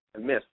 miss